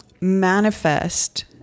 manifest